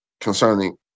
concerning